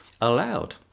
allowed